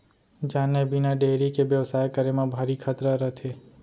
जाने बिना डेयरी के बेवसाय करे म भारी खतरा रथे